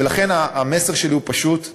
ולכן, המסר שלי הוא פשוט: